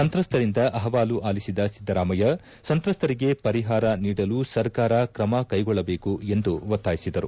ಸಂತ್ರಸ್ತರಿಂದ ಅಹವಾಲು ಆಲಿಸಿದ ಸಿದ್ದರಾಮಯ್ಯ ಸಂತ್ರಸ್ತರಿಗೆ ಪರಿಹಾರ ನೀಡಲು ಸರ್ಕಾರ ಕ್ರಮ ಕೈಗೊಳ್ಟಬೇಕು ಎಂದು ಒತ್ತಾಯಿಸಿದರು